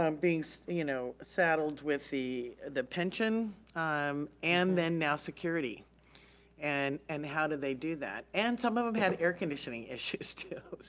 um being so you know saddled with the the pension um and then now security and and how do they do that. and some of them have air conditioning issues too, so.